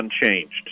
unchanged